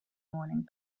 morning